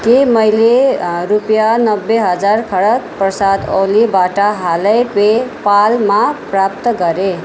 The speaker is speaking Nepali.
के मैले रुपियाँ नब्बे हजार खढग प्रसाद ओलीबाट हालै पे पालमा प्राप्त गरेँ